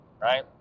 right